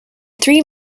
three